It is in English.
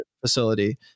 facility